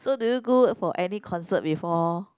so do you go for any concert before